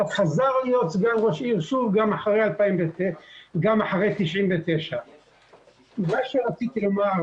אבל חזר להיות סגן ראש עיר שוב גם אחרי 99'. מה שרציתי לומר,